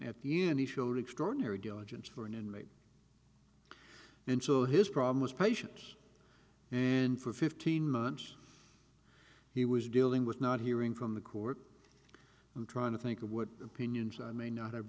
at the end he showed extraordinary diligence for an inmate and so his problem was patience and for fifteen months he was dealing with not hearing from the court and trying to think of what opinions i may not have